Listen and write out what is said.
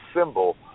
symbol